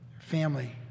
Family